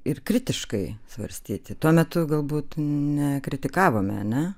ir kritiškai svarstyti tuo metu galbūt ne kritikavome ar ne